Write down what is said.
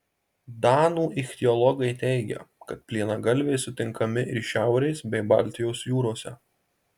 danų ichtiologai teigia kad plienagalviai sutinkami ir šiaurės bei baltijos jūrose